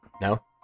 no